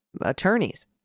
attorneys